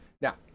Now